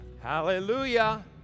Hallelujah